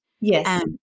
Yes